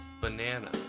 Banana